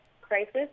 crisis